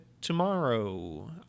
tomorrow